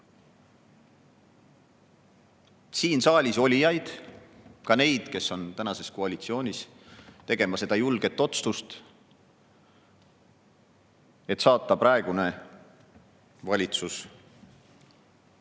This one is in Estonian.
siin saalis olijaid, ka neid, kes on tänases koalitsioonis, tegema julget otsust, et saata praegune valitsus varumeeste